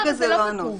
כרגע זה לא הנוסח.